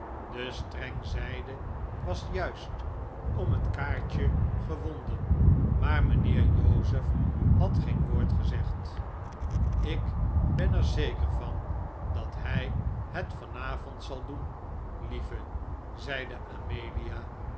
de streng zijde was juist om het kaartje gewonden maar mijnheer joseph had geen woord gezegd ik ben er zeker van dat hij het vanavond zal doen lieve zeide amelia